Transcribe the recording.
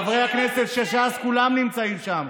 חברי הכנסת של ש"ס כולם נמצאים שם,